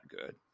good